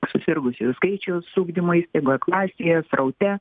susirgusiųjų skaičiaus ugdymo įstaigoje klasėje sraute